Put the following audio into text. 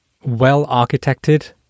Well-architected